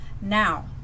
Now